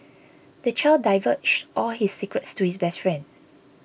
the child divulged all his secrets to his best friend